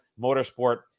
Motorsport